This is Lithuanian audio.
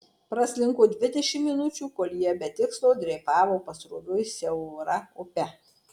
praslinko dvidešimt minučių kol jie be tikslo dreifavo pasroviui siaura upe